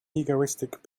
egoistic